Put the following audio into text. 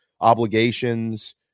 obligations